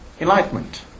enlightenment